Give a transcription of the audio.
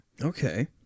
okay